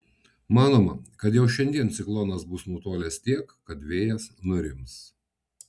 manoma kad jau šiandien ciklonas bus nutolęs tiek kad vėjas nurims